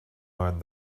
han